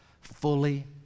fully